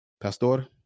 Pastor